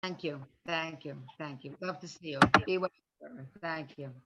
‫תודה, תודה, תודה. ‫נשמח לראות אתכם. ‫תודה.